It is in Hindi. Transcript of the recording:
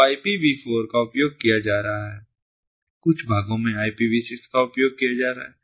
तो IPV4 का उपयोग किया जा रहा है कुछ भागों IPV6 का उपयोग किया जा रहा है